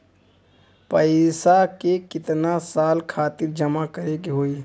पैसा के कितना साल खातिर जमा करे के होइ?